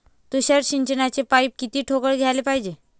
तुषार सिंचनाचे पाइप किती ठोकळ घ्याले पायजे?